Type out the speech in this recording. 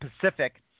Pacific